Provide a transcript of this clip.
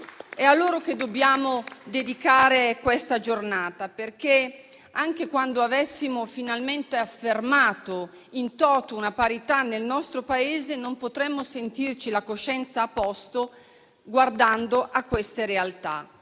È a loro che dobbiamo dedicare questa giornata, perché, anche quando avessimo finalmente affermato *in toto* una parità nel nostro Paese, non potremmo sentirci la coscienza a posto guardando a queste realtà.